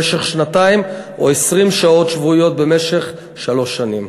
במשך שנתיים או 20 שעות שבועיות במשך שלוש שנים.